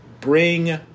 bring